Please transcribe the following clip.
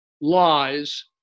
lies